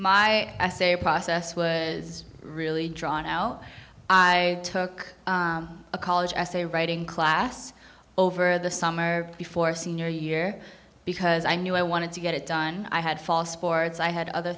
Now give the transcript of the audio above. my essay process was really drawn l i took a college essay writing class over the summer before senior year because i knew i wanted to get it done i had false sports i had other